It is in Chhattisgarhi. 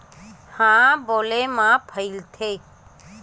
ह कइसे फैलथे?